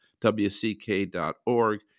WCK.org